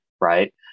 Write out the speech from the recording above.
Right